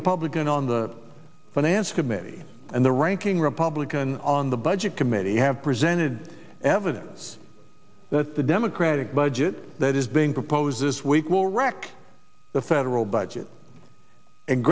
republican on the finance committee and the ranking republican on the budget committee have presented evidence that the democratic budget that is being proposed this week will wreck the federal budget and